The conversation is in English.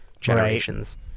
generations